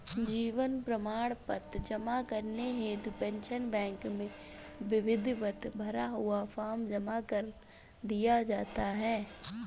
जीवन प्रमाण पत्र जमा करने हेतु पेंशन बैंक में विधिवत भरा हुआ फॉर्म जमा कर दिया जाता है